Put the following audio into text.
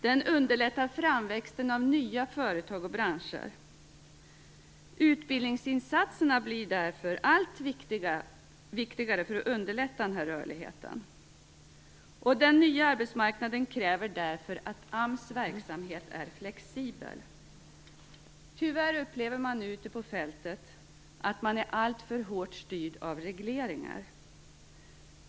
Den underlättar framväxten av nya företag och branscher. Utbildningsinsatserna blir därför allt viktigare för att underlätta den här rörligheten. Den nya arbetsmarknaden kräver därför att AMS verksamhet är flexibel. Tyvärr upplever man nu ute på fältet att man är alltför hårt styrd av regleringar.